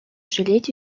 жалеть